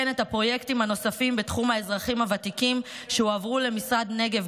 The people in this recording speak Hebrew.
וכן את הפרויקטים הנוספים בתחום האזרחים הוותיקים שהועברו למשרד הנגב,